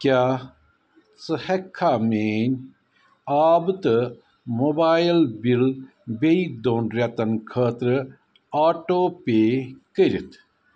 کیٛاہ ژٕ ہٮ۪ککھا میٛٲنۍ آبہٕ تہٕ موبایِل بِل بییٚہِ دۄن رٮ۪تن خٲطرٕ آٹو پے کٔرِتھ